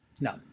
no